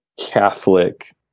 Catholic